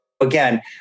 again